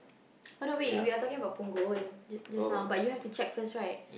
by the way we are talking about punggol just just now but you have to check first right